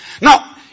Now